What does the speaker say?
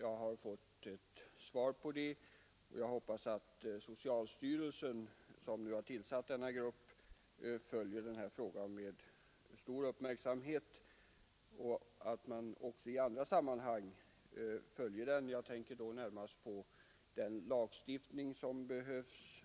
Jag har fått besked härom, och jag hoppas att socialstyrelsen, som nu har tillsatt en, arbetsgrupp, följer denna fråga med stor uppmärksamhet i olika avseenden. Jag tänker då också på den lagstiftning som behövs